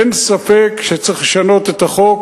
אין ספק שצריך לשנות את החוק.